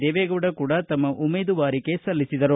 ದೇವೇಗೌಡ ಕೂಡ ತಮ್ಮ ಉಮೇದುವಾರಿಕೆ ಸಲ್ಲಿಸಿದರು